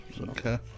Okay